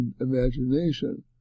imagination